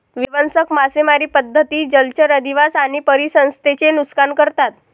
विध्वंसक मासेमारी पद्धती जलचर अधिवास आणि परिसंस्थेचे नुकसान करतात